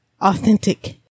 authentic